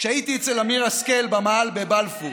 כשהייתי אצל אמיר השכל במאהל בבלפור